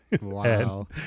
Wow